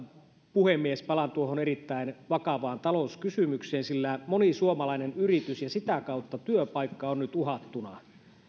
puhemies palaan tuohon erittäin vakavaan talouskysymykseen sillä moni suomalainen yritys ja sitä kautta moni työpaikka on nyt uhattuna